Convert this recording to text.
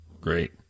great